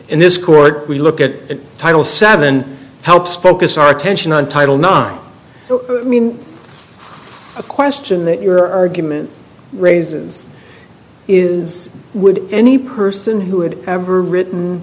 in this court we look at title seven helps focus our attention on title nine mean a question that your argument raises is would any person who had ever written